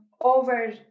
over